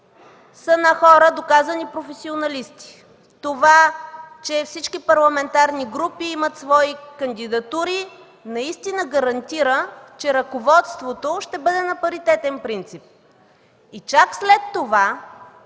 са на хора, доказани професионалисти. Това, че всички парламентарни групи имат свои кандидатури, наистина гарантира, че ръководството ще бъде на паритетен принцип. И чак след това